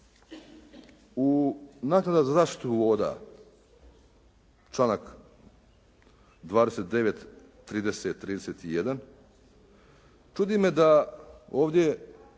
U naknada za zaštitu voda, članak 29., 30., 31. čudi me da ovdje